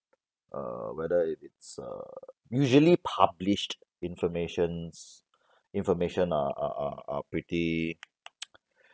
uh whether it it's a usually published informations information are are are are pretty